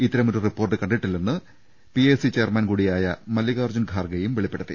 ഇത്തരമൊരു റിപ്പോർട്ട് കണ്ടിട്ടില്ലെന്ന് PAC chairman കൂടിയായ മല്ലി കാർജ്ജുൻ ഖാർഖെയും വെളിപ്പെടുത്തി